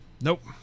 Nope